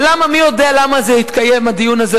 ומי יודע למה התקיים הדיון הזה